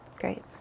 Great